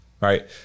right